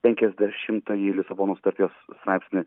penkiasdešimtąjį lisabonos sutarties straipsnį